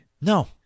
No